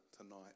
tonight